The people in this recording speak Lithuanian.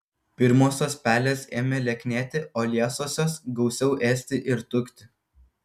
pirmosios pelės ėmė lieknėti o liesosios gausiau ėsti ir tukti